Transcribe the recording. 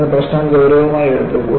തുടർന്ന് പ്രശ്നം ഗൌരവമായി എടുത്തു